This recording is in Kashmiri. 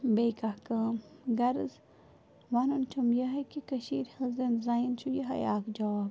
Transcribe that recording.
بیٚیہِ کانٛہہ کٲم غرض وَنُن چھُم یِہوٚے کہِ کٔشیٖرِ ہٕنٛز زَنٮ۪ن چھِ یِہوٚے اَکھ جاب